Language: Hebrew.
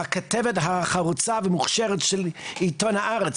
הכתבת החרוצה והמוכשרת של עיתון "הארץ",